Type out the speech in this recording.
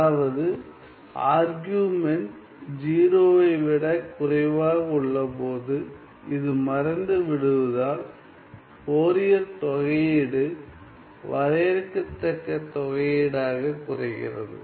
அதாவது ஆர்குமென்ட் 0 வை விட குறைவாக உள்ளபோது இது மறைந்து விடுவதால் ஃபோரியர் தொகையீடு வரையறுக்கத்தக்க தொகையீடாக குறைகிறது